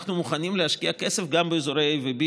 אנחנו מוכנים להשקיע כסף גם באזורי A ו-B